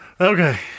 Okay